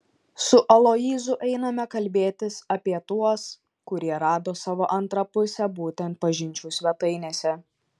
su aloyzu einame kalbėtis apie tuos kurie rado savo antrą pusę būtent pažinčių svetainėse